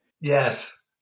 yes